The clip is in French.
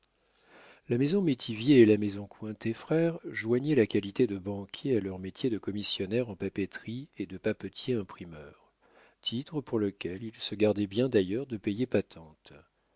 la maison métivier et la maison cointet frères joignaient la qualité de banquiers à leur métier de commissionnaires en papeterie et de papetiers imprimeurs titre pour lequel ils se gardaient bien d'ailleurs de payer patente